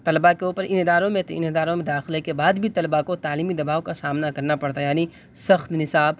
طلبا کے اوپر ان اداروں میں تو ان اداروں میں داخلے کے بعد بھی طلبا کو تعلیمی دباؤ کا سامنا کرنا پڑتا ہے یعنی سخت نصاب